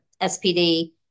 SPD